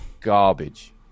garbage